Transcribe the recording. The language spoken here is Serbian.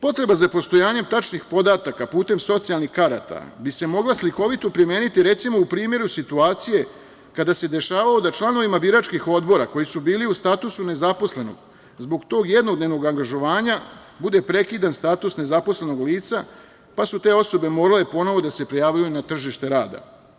Potreba za postojanjem tačnih podataka putem socijalnih karata bi se mogla slikovito primeni recimo u primeru situacije kada se dešavalo da članovima biračkih odbora koji su bili u statusu nezaposlenog zbog tog jednodnevnog angažovanja bude prekidan status nezaposlenog lica, pa su te osobe morale ponovo da se prijavljuju na tržište rada.